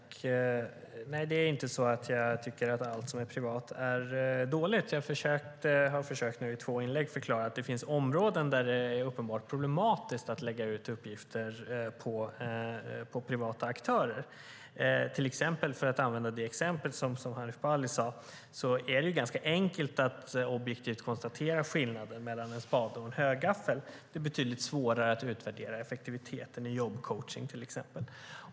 Fru talman! Nej, det är inte så att jag tycker att allt som är privat är dåligt. Jag har i två inlägg nu försökt förklara att det finns områden där det är uppenbart problematiskt att lägga ut uppgifter på privata aktörer. För att använda det exempel som Hanif Bali nämnde är det ganska enkelt att objektivt konstatera skillnaden mellan en spade och en högaffel. Det är betydligt svårare att utvärdera effektiviteten i jobbcoachning till exempel.